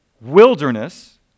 wilderness